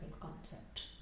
concept